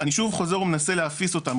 אני שוב חוזר ומנסה להפיס אותן.